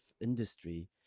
industry